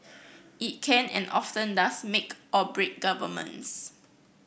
it can and often does make or break governments